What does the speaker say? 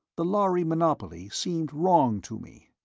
the lhari monopoly seemed wrong to me.